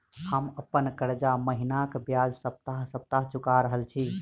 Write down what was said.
हम अप्पन कर्जा महिनाक बजाय सप्ताह सप्ताह चुका रहल छि